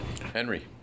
Henry